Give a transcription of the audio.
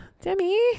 Demi